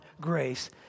grace